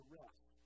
rest